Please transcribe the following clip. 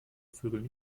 vögeln